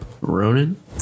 Ronan